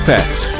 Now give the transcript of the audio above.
Pets